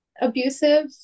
abusive